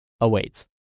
awaits